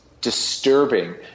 disturbing